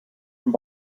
from